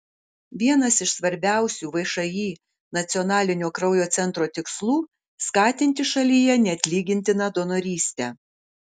vienas iš svarbiausių všį nacionalinio kraujo centro tikslų skatinti šalyje neatlygintiną donorystę